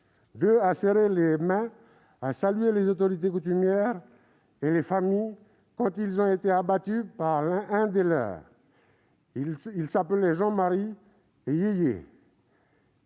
: 2 à serrer les mains, à saluer les autorités coutumières et les familles, quand ils ont été abattus par l'un des leurs. Ils s'appelaient Jean-Marie et Yéyé.